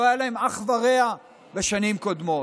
לא היה להן אח ורע בשנים קודמות.